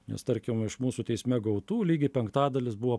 nes tarkim iš mūsų teisme gautų lygiai penktadalis buvo